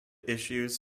issues